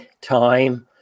time